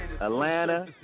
Atlanta